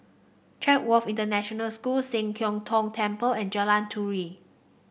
Chatsworth International School Sian Keng Tong Temple and Jalan Turi